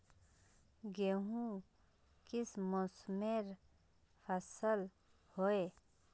गेहूँ किस मौसमेर फसल होय?